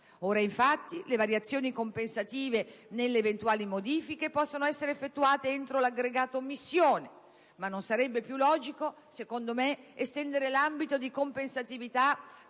Ora, infatti, le variazioni compensative delle eventuali modifiche possono essere effettuate entro l'aggregato missione, ma non sarebbe più logico estendere l'ambito di compensatività